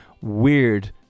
weird